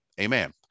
amen